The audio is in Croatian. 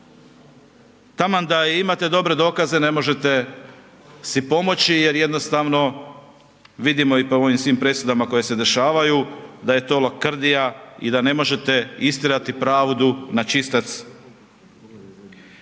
taman da i imate dobre dokaze ne možete si pomoći jer jednostavno vidimo i po ovim svim presudama koje se dešavaju da je to lakrdija i da ne možete istjerati pravnu na čistac.